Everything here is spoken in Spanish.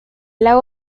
lago